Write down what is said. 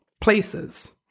places